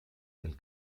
del